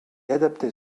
adaptait